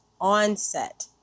onset